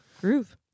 Groove